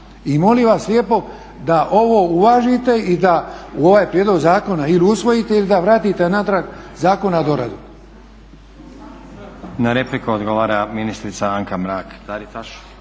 I molim vas lijepo da ovo uvažite i da u ovaj prijedlog zakona ili usvojite ili da vratite natrag zakon na doradu. **Stazić, Nenad (SDP)** Na repliku odgovara ministrica Anka Mrak